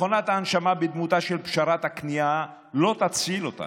מכונת ההנשמה בדמותה של פשרת הכניעה לא תציל אותה.